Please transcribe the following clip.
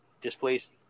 displaced